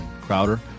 crowder